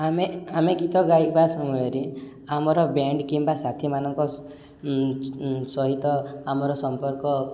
ଆମେ ଆମେ ଗୀତ ଗାଇବା ସମୟରେ ଆମର ବ୍ୟାଣ୍ଡ କିମ୍ବା ସାଥିୀମାନଙ୍କ ସହିତ ଆମର ସମ୍ପର୍କ